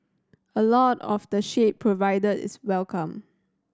a lot of the shade provided is welcome